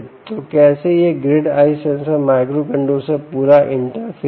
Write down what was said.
तोकैसे यह grid eye sensor microcontroller से पूरा इंटरफेज है